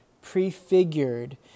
prefigured